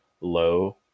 low